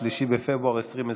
3 בפברואר 2021,